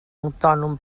autònom